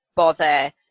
bother